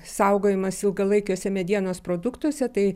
saugojimas ilgalaikiuose medienos produktuose tai